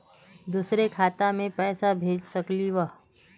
दुसरे खाता मैं पैसा भेज सकलीवह?